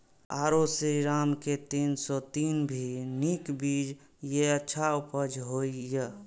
आरो श्रीराम के तीन सौ तीन भी नीक बीज ये अच्छा उपज होय इय?